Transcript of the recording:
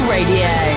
Radio